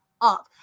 up